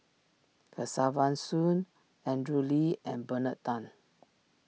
Kesavan Soon Andrew Lee and Bernard Tan